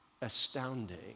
astounding